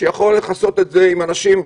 שיכול לכסות את זה עם אנשים,